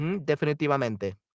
Definitivamente